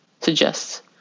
suggests